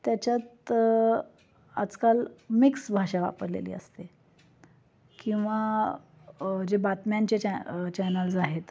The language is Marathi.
त्याच्यात आजकाल मिक्स भाषा वापरलेली असते किंवा जे बातम्यांचे चॅ चॅनल्स आहेत